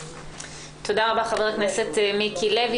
תודה רבה, חבר הכנסת מיקי לוי.